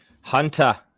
Hunter